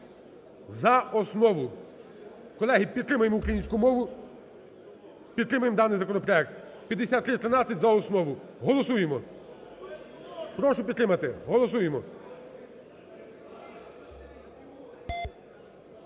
за основу. Колеги, підтримаємо українську мову, підтримаємо даний законопроект 5313 за основу. Голосуємо! Прошу підтримати. Голосуємо.